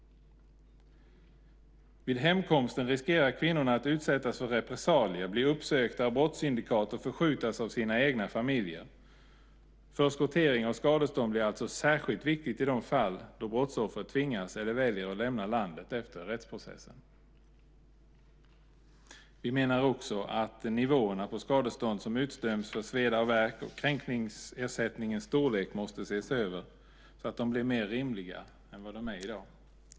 Vid hemkomsten riskerar kvinnorna att utsättas för repressalier, bli uppsökta av brottssyndikat och förskjutas av sina familjer. Förskottering av skadestånd blir alltså särskilt viktigt i de fall då brottsoffret tvingas eller väljer att lämna landet efter rättsprocessen. Vi menar också att nivåerna på skadestånd som utdöms för sveda och värk samt kränkningsersättningens storlek måste ses över så att de blir mer rimliga än vad de är i dag.